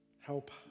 Help